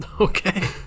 Okay